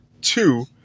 two